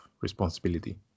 responsibility